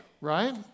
right